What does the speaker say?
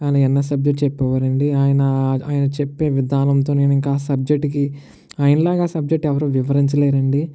ఆయన NS subject చెప్పేవారు అండి ఆయన ఆయన చెప్పే విధానంతో నేను ఇంక ఆ సబ్జెక్ట్కి ఆయన లాగ ఆ సబ్జెక్ట్ ఎవరూ వివరించలేరు అండి